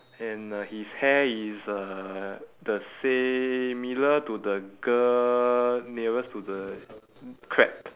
and uh his hair is uh the similar to the girl nearest to the crab